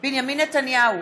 בנימין נתניהו,